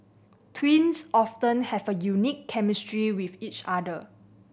twins often have a unique chemistry with each other